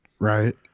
right